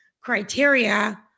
criteria